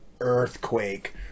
earthquake